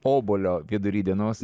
obuolio vidury dienos